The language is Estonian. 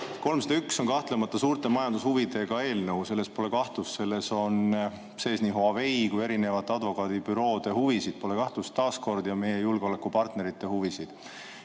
301 on kahtlemata suurte majandushuvidega eelnõu, selles pole kahtlust. Selles on sees nii Huawei kui ka erinevate advokaadibüroode huvisid, pole kahtlust, ja meie julgeolekupartnerite huvisid.